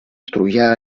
troià